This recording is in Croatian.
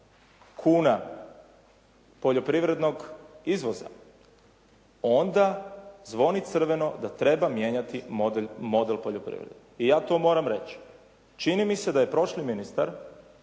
kuna poljoprivrednog izvoza onda zvoni crveno da treba mijenjati model poljoprivrede i ja to moram reći. Čini mi se da je prošli ministar